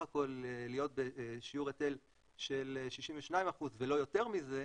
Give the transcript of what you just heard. הכול להיות בשיעור היטל של 62% ולא יותר מזה,